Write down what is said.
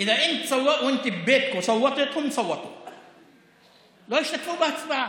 לא השתתפו בהצבעה,